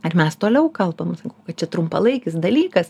vat mes toliau kalbam sakau kad čia trumpalaikis dalykas